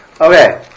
Okay